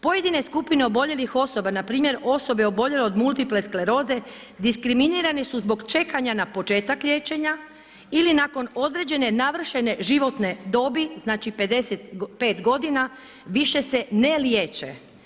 Pojedine skupine oboljelih osoba, npr. osobe oboljele od multipla skleroze diskriminirane su zbog čekanja na početak liječenja ili nakon određene navršene životne dobi znači 55 godina više se ne liječe.